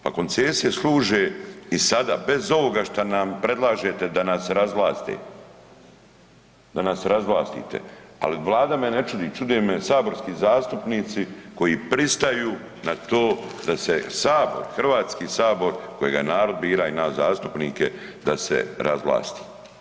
Pa koncesije služe i sada bez ovoga šta nam predlažete da nas razvlaste, da nas razvlastite, ali Vlada me ne čudi, čude me saborski zastupnici koji pristaju na to da se sabor, Hrvatski sabor koje narod bira i nas zastupnike da se razvlasti.